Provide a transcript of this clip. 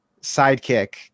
sidekick